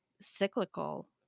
cyclical